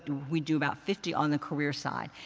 we do about fifty on the career side.